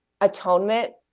atonement